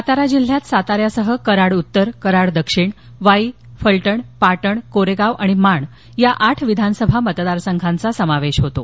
सातारा जिल्ह्यात साताऱ्यासह कराड उत्तर कराड दक्षिण वाई फलटण पाटण कोरेगाव आणि माण या आठ विधानसभा मतदारसंघांचा समावेश होतो